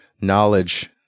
knowledge